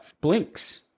Blinks